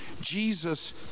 Jesus